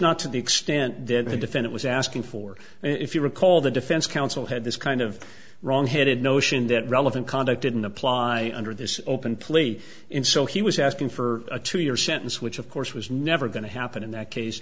not to the extent that he defend it was asking for if you recall the defense counsel had this kind of wrongheaded notion that relevant conduct didn't apply under this open plea and so he was asking for a two year sentence which of course was never going to happen in that case